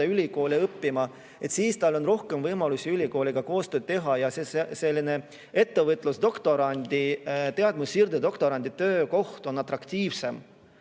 ülikooli õppima, siis on tal rohkem võimalusi ülikooliga koostööd teha ja selline ettevõtlusdoktorandi ehk teadmussiirde doktorandi töökoht on atraktiivsem.